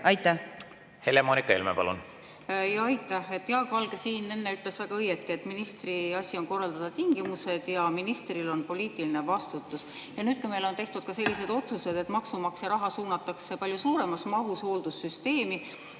palun! Helle-Moonika Helme, palun! Aitäh! Jaak Valge siin enne ütles väga õigesti, et ministri asi on korraldada tingimused ja ministril on poliitiline vastutus. Nüüd, kui meil on tehtud ka sellised otsused, et maksumaksja raha suunatakse palju suuremas mahus hooldussüsteemi,